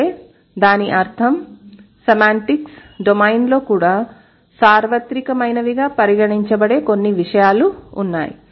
అంటే దాని అర్థం సెమాంటిక్స్ డొమైన్లో కూడా సార్వత్రికమైనవిగా పరిగణించబడే కొన్ని విషయాలు ఉన్నాయి